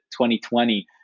2020